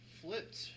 flipped